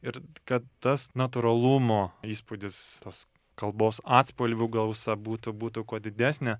ir kad tas natūralumo įspūdis tos kalbos atspalvių gausa būtų būtų kuo didesnė